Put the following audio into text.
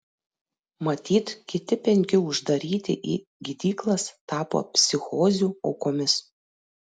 matyt kiti penki uždaryti į gydyklas tapo psichozių aukomis